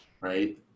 right